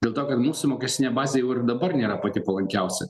dėl to kad mūsų mokestinė bazė jau ir dabar nėra pati palankiausia